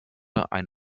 ein